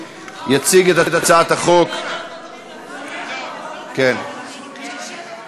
אני קובע כי הצעת חוק מיסוי מקרקעין (שבח ורכישה) (תיקון מס'